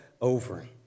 over